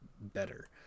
better